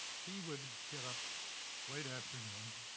he would get up late afternoon,